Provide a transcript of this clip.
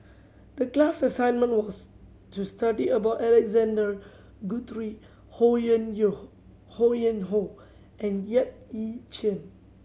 the class assignment was to study about Alexander Guthrie Ho Yuen Yo Ho Yuen Hoe and Yap Ee Chian